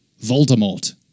Voldemort